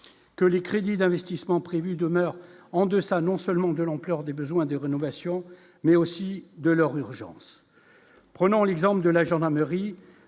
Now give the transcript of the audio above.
que les crédits d'investissements prévus demeure en deçà, non seulement de l'ampleur des besoins de rénovation, mais aussi de leur urgence, prenons l'exemple de la gendarmerie,